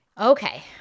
Okay